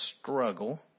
struggle